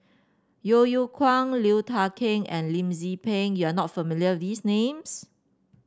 Yeo Yeow Kwang Liu Thai Ker and Lim Tze Peng you are not familiar with these names